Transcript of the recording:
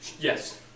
Yes